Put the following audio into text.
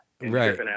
Right